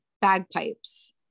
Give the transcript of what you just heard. bagpipes